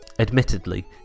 Admittedly